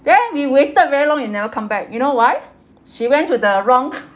then we waited very long you never come back you know why she went to the wrong